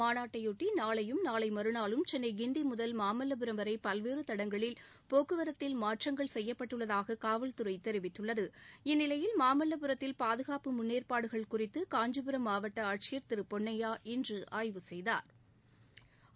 மாநாட்டையொட்டி நாளையும் நாளை மறுநாளும் கென்னை கிண்டி முதல் மாமல்லபுரம் வரை பல்வேறு தடங்களில் போக்குவரத்தில் மாற்றங்கள் செய்யப்பட்டுள்ளதாக காவல்துறை தெரிவித்துள்ளது இந்நிலையில் மாமல்லபுரத்தில் பாதுகாப்பு முன்னேற்பாடுகள் குறித்து காஞ்சிபுரம் மாவட்ட ஆட்சியர் திரு பொன்னையா இன்று ஆய்வு செய்தாா்